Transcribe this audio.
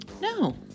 No